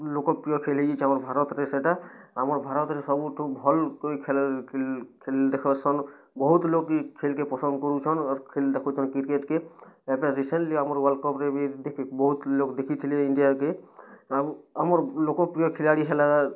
ଲୋକ୍ ପ୍ରିୟ ଖେଲ୍ ହେଇଯାଇଛେ ଆମର୍ ଭାରତ୍ରେ ସେ'ଟା ଆମ ଭାରତ୍ରେ ସବୁଠୁ ଭଲ୍ କରି ଖେଲ୍ ଦେଖ୍ସନ୍ ବହୁତ୍ ଲୋକ୍ ଇ ଖେଲ୍କେ ପସନ୍ଦ୍ କରୁଛନ୍ ଆର୍ ଖେଲ୍ ଦେଖୁଛନ୍ କ୍ରିକେଟ୍ କେ ଏବେ ରିସେଣ୍ଟ୍ଲି ଆମର୍ ୱାର୍ଲଡ଼୍ କପ୍ ରେ ବି ଦେଖି ବହୁତ୍ ଲୋକ୍ ଦେଖିଥିଲେ ଇଣ୍ଡିଆକେ ଆଉ ଆମର୍ ଲୋକ୍ ପ୍ରିୟ ଖିଲାଡ଼ି ହେଲା